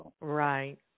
Right